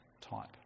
type